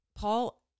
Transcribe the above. Paul